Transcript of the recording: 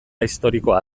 historikoa